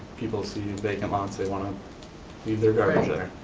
people see vacant lots, they wanna leave their garbage there.